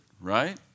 right